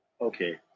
okay